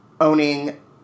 owning